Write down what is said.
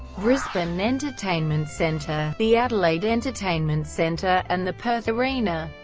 brisbane entertainment centre, the adelaide entertainment centre, and the perth arena.